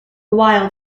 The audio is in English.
while